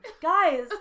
Guys